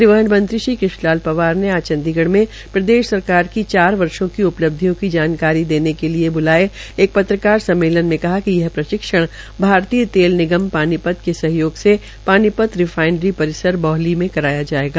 परिवहन मंत्री श्री कृष्ण पाल पंवार ने आज चंडीगढ़ में बताया कि प्रदेश सरकार ने चार वर्षो की उपलब्धियों की जानकारी देने के बुलायेएक प्रत्रकार सम्मेलन में कहा कि यह प्रशिक्षण भारतीय तेल निगम पानीपत के सहयोग से पानीपत रिफाईनरी परिसर बोहली में कराया जायेगा